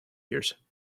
years